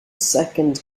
second